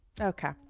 Okay